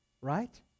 Right